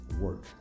work